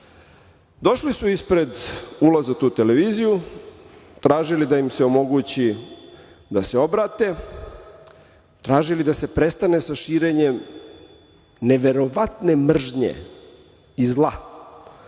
Došli su ispred ulaza u tu televiziju, tražili da im se omogući da se obrate, tražili da se prestane sa širenjem neverovatne mržnje i zla